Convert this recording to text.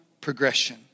progression